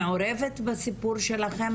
מעורבת בסיפור שלכם?